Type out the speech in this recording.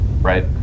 right